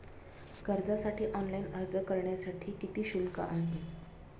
कर्जासाठी ऑनलाइन अर्ज करण्यासाठी किती शुल्क आहे?